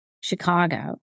Chicago